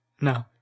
No